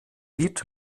lied